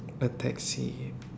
a taxi